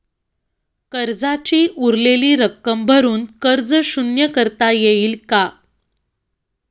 कर्जाची उरलेली रक्कम भरून कर्ज शून्य करता येईल का?